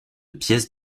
pièces